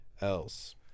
else